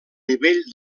nivell